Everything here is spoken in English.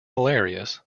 hilarious